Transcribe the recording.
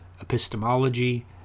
epistemology